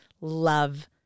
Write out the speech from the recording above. love